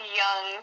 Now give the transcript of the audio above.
young